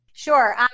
Sure